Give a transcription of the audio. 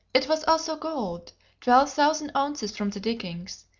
it was also gold twelve thousand ounces from the diggings.